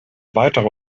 weiterer